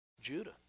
Judah